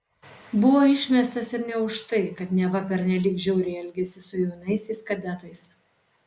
buvo išmestas ir ne už tai kad neva pernelyg žiauriai elgėsi su jaunaisiais kadetais